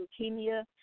leukemia